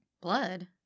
Blood